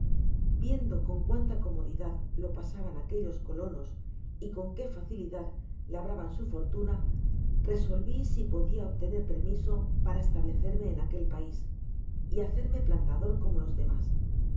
viendo con cuánta comodidad lo pasaban aquellos colonos y con qué facilidad labraban su fortuna resolví k si podia obtener permiso establecerme en aquel pais y hacerme plantador como los demas